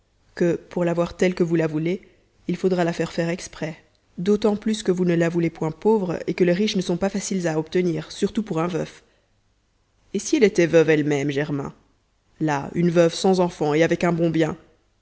que pour l'avoir telle que vous la voulez il faudra la faire faire exprès d'autant plus que vous ne la voulez point pauvre et que les riches ne sont pas faciles à obtenir surtout pour un veuf et si elle était veuve elle-même germain là une veuve sans enfants et avec un bon bien